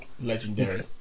Legendary